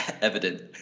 evident